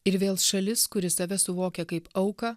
ir vėl šalis kuri save suvokia kaip auką